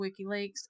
WikiLeaks